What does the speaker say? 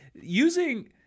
using